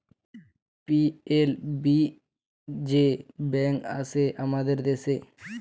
PLB যে bank আসে হামাদের দ্যাশে